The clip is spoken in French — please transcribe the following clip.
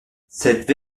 cette